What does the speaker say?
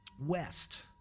west